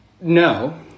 No